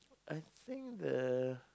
I think the